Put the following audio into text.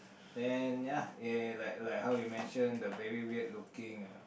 then ya ya ya like like how you mention the very weird looking